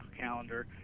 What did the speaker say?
calendar